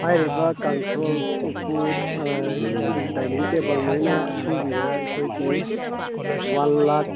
ꯍꯥꯏꯔꯤꯕ ꯀꯥꯡꯊꯣꯜ ꯎꯄꯨ ꯗꯥꯏꯅꯤꯡ ꯇꯦꯕꯜꯉꯩꯅ ꯑꯁꯨꯕꯤꯗ ꯑꯩꯈꯣꯏꯒꯤ ꯋꯥꯟ ꯂꯥꯈ